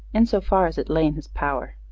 in so far as it lay in his power.